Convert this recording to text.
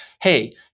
hey